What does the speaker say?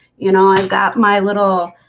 you know, i've got my little